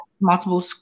multiple